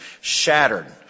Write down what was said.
shattered